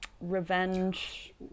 revenge